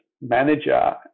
manager